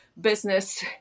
business